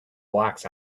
blocks